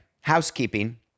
housekeeping